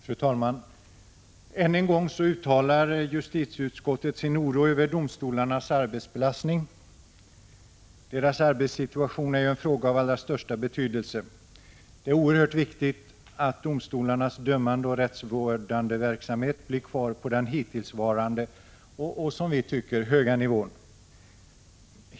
Fru talman! Än en gång uttalar justitieutskottet sin oro över domstolarnas arbetsbelastning. Deras arbetssituation är en fråga av allra största betydelse. Det är oerhört viktigt att domstolarnas dömande och rättsvårdande verksamhet blir kvar på den hittillsvarande och, som vi tycker, höga nivån.